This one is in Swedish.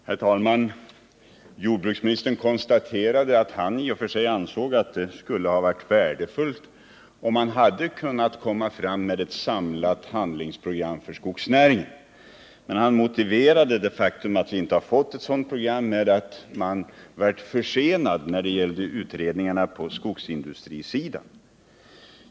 Herr talman! Jordbruksministern sade att han i och för sig ansåg att det skulle ha varit värdefullt om man hade kunnat komma fram med ett samlat handlingsprogram för skogsnäringen. Men han motiverade det faktum, att vi inte fått ett sådant program, med att man blivit försenad när det gällde utredningarna på skogsindustrisidan.